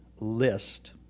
list